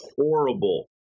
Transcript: horrible